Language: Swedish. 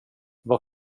vad